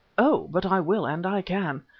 oh! but i will and i can.